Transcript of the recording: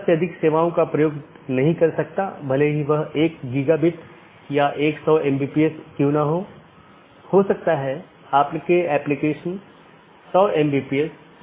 संचार में BGP और IGP का role BGP border gateway protocol और IGP इंटरनेट गेटवे प्रोटोकॉल